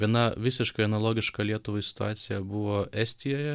viena visiškai analogiška lietuvai situacija buvo estijoje